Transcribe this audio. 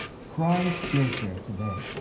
try skillshare today.